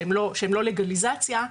שהם לא לגליזציה,